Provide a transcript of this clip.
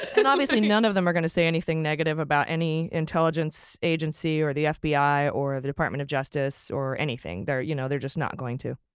and obviously, none of them are gonna say anything negative about any intelligence agency or the fbi or the department of justice or anything. they're you know they're just not going to.